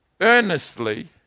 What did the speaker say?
earnestly